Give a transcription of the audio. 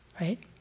right